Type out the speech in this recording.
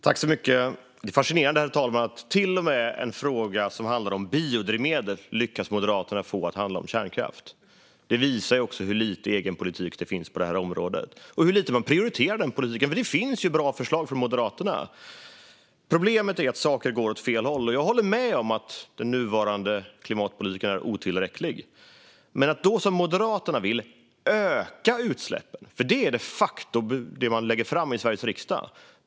Herr talman! Det är fascinerande - till och med en fråga som handlar om biodrivmedel lyckas Moderaterna få att handla om kärnkraft. Det visar också hur lite egen politik det finns på det här området och hur lite man prioriterar den politiken. Det finns bra förslag från Moderaterna. Problemet är att saker går åt fel håll. Jag håller med om att den nuvarande klimatpolitiken är otillräcklig. Men då vill Moderaterna öka utsläppen - det är de facto det man lägger fram förslag om i Sveriges riksdag.